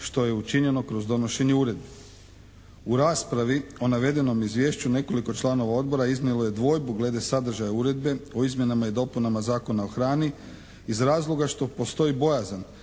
što je učinjeno kroz donošenje Uredbe. U raspravi o navedenom izvješću nekoliko članova Odbora iznijelo je dvojbu glede sadržaja Uredbe o izmjenama i dopunama Zakona o hrani iz razloga što postoji bojazan